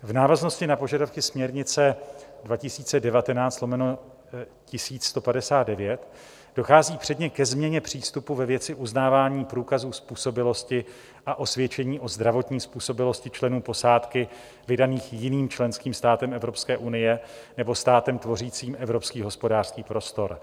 V návaznosti na požadavky směrnice 2019/1159 dochází předně ke změně přístupu ve věci uznávání průkazů způsobilosti a osvědčení o zdravotní způsobilosti členů posádky vydaných jiným členským státem Evropské unie nebo státem tvořícím Evropský hospodářský prostor.